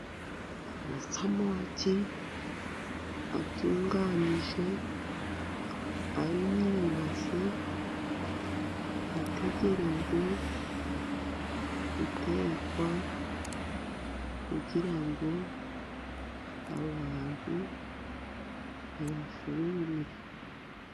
Amasamaki atunganyije ari mu ibase ategere gutekwa kugira ngo abantu bayafungure.